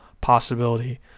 possibility